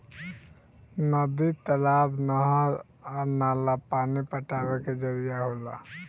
नदी, तालाब, नहर आ नाला पानी पटावे के जरिया होला